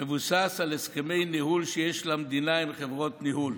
מבוסס על הסכמי ניהול שיש למדינה עם חברות ניהול,